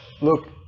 look